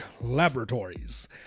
Laboratories